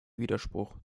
widerspruch